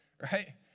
right